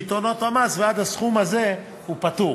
ועד הסכום הזה הוא פטור.